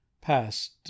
past